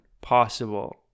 possible